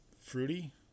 fruity